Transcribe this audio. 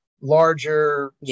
larger